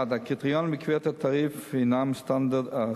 1. הקריטריונים לקביעת התעריף הם הסטנדרטים